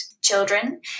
children